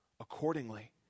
accordingly